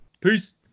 Peace